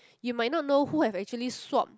you might not know who have actually swap